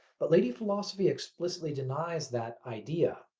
but lady philosophy explicitly denies that idea.